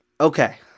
Okay